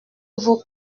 vos